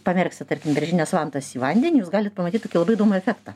pamerksit tarkim beržines vantas į vandenį jūs galit pamatyt tokį labai įdomų efektą